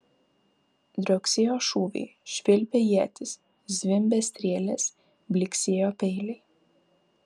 drioksėjo šūviai švilpė ietys zvimbė strėlės blyksėjo peiliai